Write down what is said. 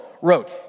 wrote